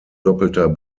doppelter